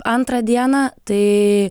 antrą dieną tai